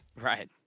right